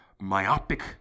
myopic